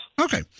Okay